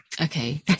okay